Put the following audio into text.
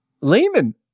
Lehman